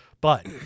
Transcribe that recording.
But-